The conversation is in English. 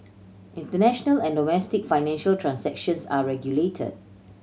international and domestic financial transactions are regulated